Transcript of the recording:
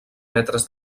metres